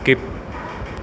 skip